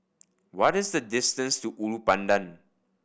what is the distance to Ulu Pandan